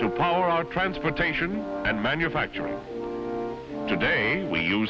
to power our transportation and manufacturing today we use